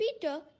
Peter